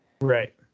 Right